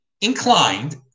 inclined